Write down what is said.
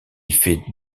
fait